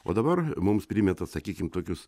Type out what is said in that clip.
o dabar mums primeta sakykim tokius